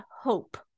hope